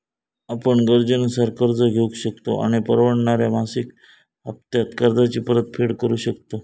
आपण गरजेनुसार कर्ज घेउ शकतव आणि परवडणाऱ्या मासिक हप्त्त्यांत कर्जाची परतफेड करु शकतव